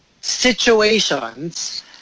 situations